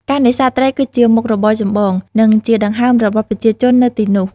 ការនេសាទត្រីគឺជាមុខរបរចម្បង និងជាដង្ហើមរបស់ប្រជាជននៅទីនោះ។